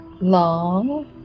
Long